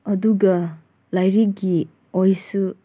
ꯑꯗꯨꯒ ꯂꯥꯏꯔꯤꯛꯀꯤ ꯑꯣꯏꯁꯨ